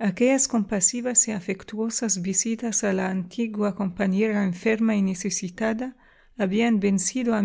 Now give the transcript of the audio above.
aquellas compasivas y afectuosas visitas a la antigua compañera enferma y necesitada habían vencido a